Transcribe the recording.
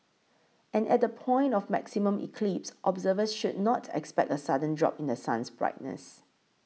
and at the point of maximum eclipse observers should not expect a sudden drop in The Sun's brightness